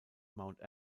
mount